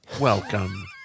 welcome